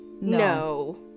No